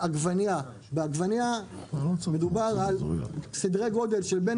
בעגבנייה מדובר על סדרי גודל של בין